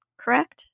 correct